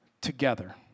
together